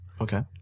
Okay